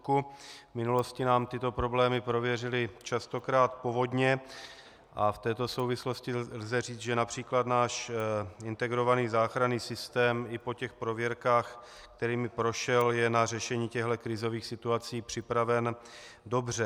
V minulosti nám tyto problémy prověřily častokrát povodně, a v této souvislosti lze říct, že např. náš integrovaný záchranný systém i po těch prověrkách, kterými prošel, je na řešení těchto krizových situací připraven dobře.